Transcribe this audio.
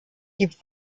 gibt